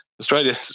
Australia